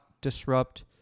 disrupt